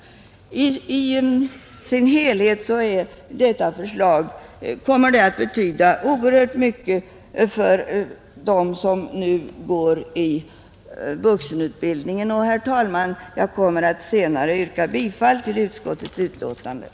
Herr talman! Jag kommer senare att yrka bifall till utskottets hemställan,